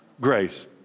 grace